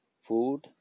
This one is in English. food